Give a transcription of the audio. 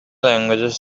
languages